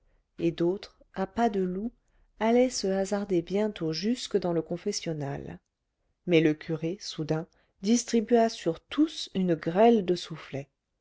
et d'autres à pas de loup allaient se hasarder bientôt jusque dans le confessionnal mais le curé soudain distribua sur tous une grêle de soufflets